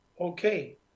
Okay